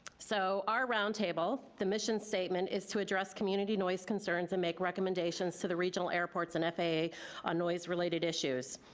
so our roundtable, the mission statement is to address community noise concerns and make recommendations to the regional airports and faa on noise related issues.